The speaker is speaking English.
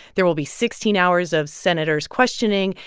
there will be sixteen hours of senators questioning,